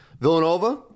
Villanova